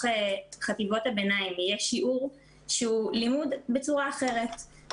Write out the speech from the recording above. חטיבות הביניים יהיה שיעור שהוא לימוד בצורה אחרת,